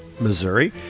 Missouri